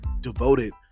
devoted